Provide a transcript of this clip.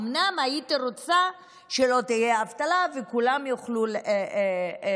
אומנם הייתי רוצה שלא תהיה אבטלה וכולם יוכלו לעבוד.